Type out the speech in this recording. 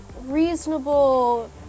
reasonable